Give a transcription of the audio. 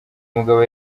mugabo